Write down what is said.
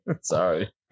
Sorry